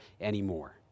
anymore